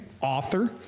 author